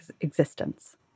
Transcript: existence